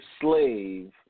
slave